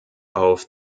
auf